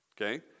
okay